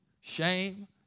shame